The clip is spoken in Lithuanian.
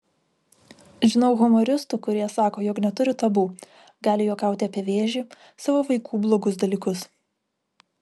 žinau humoristų kurie sako jog neturi tabu gali juokauti apie vėžį savo vaikų blogus dalykus